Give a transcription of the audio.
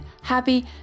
happy